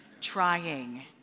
trying